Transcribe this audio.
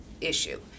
issue